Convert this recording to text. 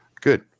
good